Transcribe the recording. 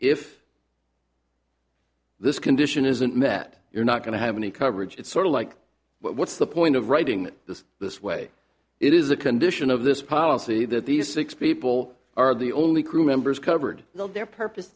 if this condition isn't met you're not going to have any coverage it's sort of like what's the point of writing this this way it is a condition of this policy that these six people are the only crew members covered their purpose